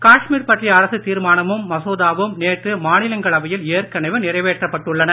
காஷ்மீர் பற்றிய அரசுத் தீர்மானமும் மசோதாவும் நேற்று மாநிலங்களவையில் ஏற்கனவே நிறைவேற்றப் பட்டுள்ளன